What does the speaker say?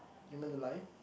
human alive